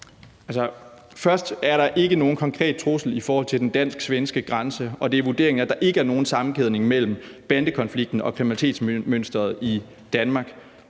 først er der ikke nogen konkret trussel i forhold til den dansk-svenske grænse, og det er vurderingen, at der ikke er nogen sammenkædning mellem bandekonflikten og kriminalitetsmønsteret i Danmark.